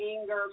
anger